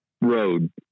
road